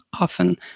often